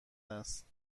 است